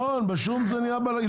נכו, בשום זה נהיה בלאגן.